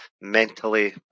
mentally